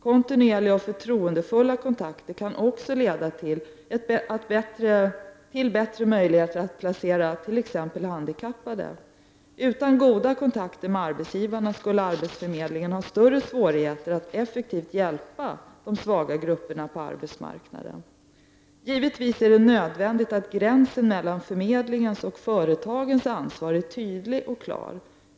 Kontinuerliga och förtroendefulla kontakter kan ännu leda till bättre möjligheter att placera t.ex. handikappade. Utan goda kontakter med arbetsgivarna skulle arbetsförmedlingen ha större svårigheter att effektivt hjälpa de svaga grupperna på arbetsmarknaden. Givetvis är det nödvändigt att gränsen mellan förmedlingens och företagens ansvar är tydlig och klar.